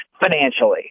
financially